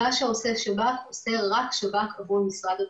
מה שעושה השב"כ רק הוא עושה את זה עבור משרד הבריאות.